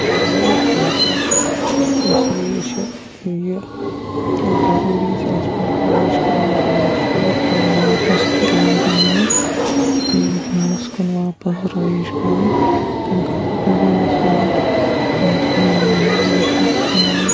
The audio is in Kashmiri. کھیلَن کُنتھٕے اِسلیے چھِ یہِ ضٔروٗری زِ اَسہِ پَزِ کوٗشِش کَرٕنۍ زِ یِم شُرۍ پَنٕنۍ واپَس کھیلَن کُن اَنٕنۍ یِم گِنٛدنَس کُن واپَس رٲیِج کَرٕنۍ تَمہِ خٲطرٕ پَزِ اَسہِ یِمَن گامہٕ لٮ۪ولہِ پٮ۪ٹھ یا